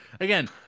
again